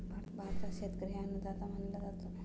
भारतात शेतकरी हा अन्नदाता मानला जातो